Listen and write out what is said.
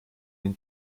den